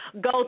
go